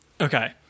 Okay